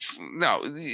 No